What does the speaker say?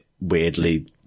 weirdly